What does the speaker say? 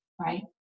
right